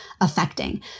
affecting